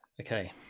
Okay